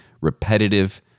repetitive